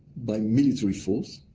by military force,